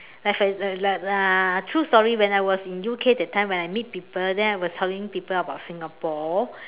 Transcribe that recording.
like for exa~ uh like uh true story when I was in U_K that time when I meet people then I was telling people about Singapore